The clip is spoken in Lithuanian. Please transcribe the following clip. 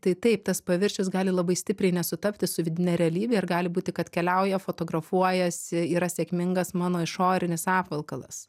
tai taip tas paviršius gali labai stipriai nesutapti su vidine realybe ir gali būti kad keliauja fotografuojasi yra sėkmingas mano išorinis apvalkalas